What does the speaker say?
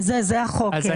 זהו החוק, אימאן.